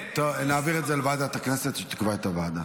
שתקבע ועדת הכנסת נתקבלה.